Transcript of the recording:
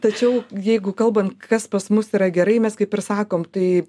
tačiau jeigu kalban kas pas mus yra gerai mes kaip ir sakom tai